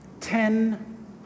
ten